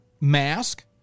mask